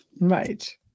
Right